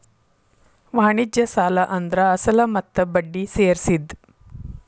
ವಾಣಿಜ್ಯ ಸಾಲ ಅಂದ್ರ ಅಸಲ ಮತ್ತ ಬಡ್ಡಿ ಸೇರ್ಸಿದ್